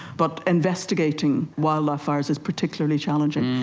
but investigating wildlife fires is particularly challenging.